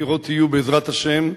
הבחירות יהיו בעזרת השם,